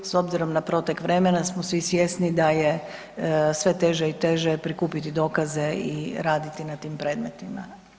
S obzirom na protek vremena smo svi svjesni da je sve teže i teže prikupiti dokaze i raditi na tim predmetima.